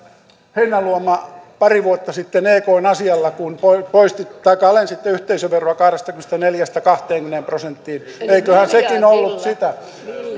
heinäluoma pari vuotta sitten ekn asialla kun alensitte yhteisöveroa kahdestakymmenestäneljästä kahteenkymmeneen prosenttiin eiköhän sekin ollut sitä